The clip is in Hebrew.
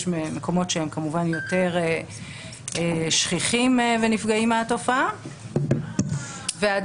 יש מקומות שהם יותר שכיחים ונפגעים מהתופעה ועדין